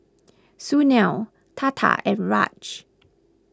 Sunil Tata and Raj